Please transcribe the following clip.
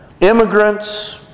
Immigrants